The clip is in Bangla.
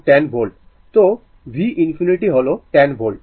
তো v infinity হল 10 ভোল্ট